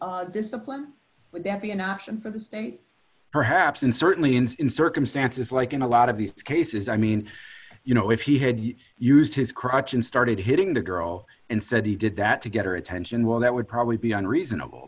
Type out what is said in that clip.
to discipline would that be an option for the state perhaps and certainly and in circumstances like in a lot of these cases i mean you know if he had used his crotch and started hitting the girl and said he did that to get her attention well that would probably be unreasonable